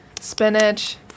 spinach